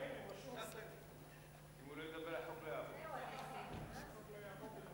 כל כך שכנעת,